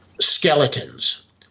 skeletons